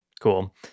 Cool